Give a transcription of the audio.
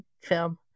film